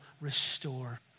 restore